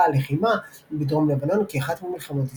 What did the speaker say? הלחימה בדרום לבנון כאחת ממלחמות ישראל.